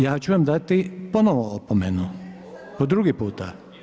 Ja ću vam dati ponovo opomenu, po drugi puta.